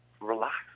relax